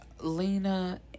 Lena